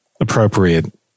appropriate